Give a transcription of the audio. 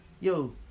Yo